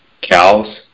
cows